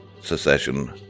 secession